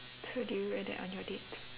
so do you wear that on your dates